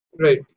Right